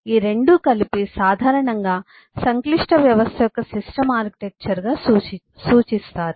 ఈ రెండు కలిపి సాధారణంగా సంక్లిష్ట వ్యవస్థ యొక్క సిస్టమ్ ఆర్కిటెక్చర్గా సూచిస్తారు